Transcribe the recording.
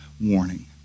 warning